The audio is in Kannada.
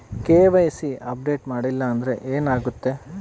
ಕೆ.ವೈ.ಸಿ ಅಪ್ಡೇಟ್ ಮಾಡಿಲ್ಲ ಅಂದ್ರೆ ಏನಾಗುತ್ತೆ?